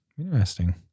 Interesting